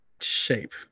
shape